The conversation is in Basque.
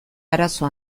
arazo